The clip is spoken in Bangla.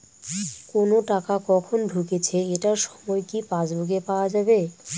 কোনো টাকা কখন ঢুকেছে এটার সময় কি পাসবুকে পাওয়া যাবে?